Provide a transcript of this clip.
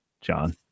john